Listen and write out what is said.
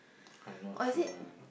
I'm not sure